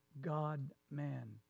God-man